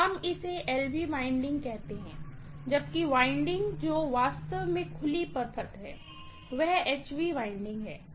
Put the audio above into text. हम इसे LV winding कहते हैं जबकि वाइंडिंग जो वास्तव में ओपन सर्किट है वह HV वाइंडिंग है